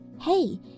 hey